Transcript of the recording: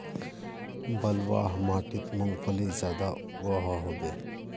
बलवाह माटित मूंगफली ज्यादा उगो होबे?